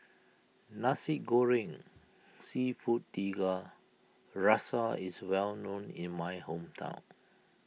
Nasi Goreng Seafood Tiga Rasa is well known in my hometown